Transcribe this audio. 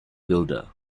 builder